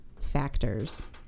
factors